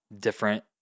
different